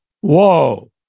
Whoa